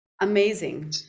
Amazing